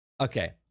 Okay